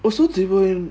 so they were